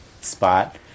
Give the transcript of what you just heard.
spot